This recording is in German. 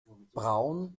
braun